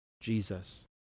Jesus